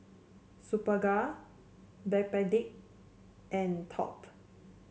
Superga Backpedic and Top